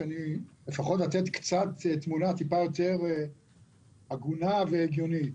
לפחות לתת תמונה קצת יותר הגונה והגיונית.